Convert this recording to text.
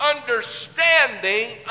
understanding